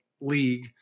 league